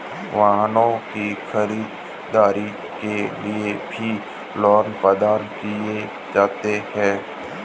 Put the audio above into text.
वाहनों की खरीददारी के लिये भी लोन प्रदान किये जाते हैं